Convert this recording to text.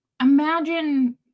imagine –